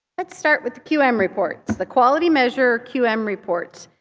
let's start with the qm um reports, the quality measure qm um reports.